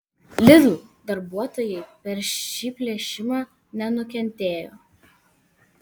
lidl darbuotojai per šį plėšimą nenukentėjo